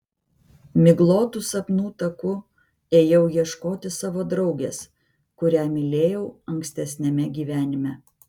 miglotu sapnų taku ėjau ieškoti savo draugės kurią mylėjau ankstesniame gyvenime